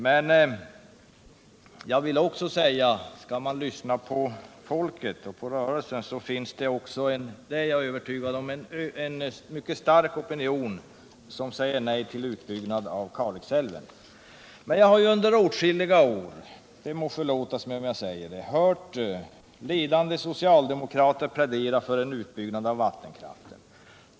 Men jag vill också säga att skall man lyssna på folket och på rörelsen, så finns — det är jag övertygad om — en mycket stark opinion som säger nej till utbyggnad av Kalix älv. Jag har under åtskilliga år — det må förlåtas mig om jag säger detta — hört ledande socialdemokrater plädera för en utbyggnad av vattenkraften.